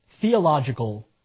Theological